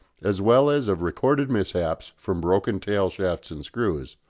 as well as of recorded mishaps from broken tail-shafts and screws,